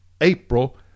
April